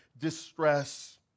distress